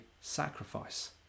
sacrifice